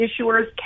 issuers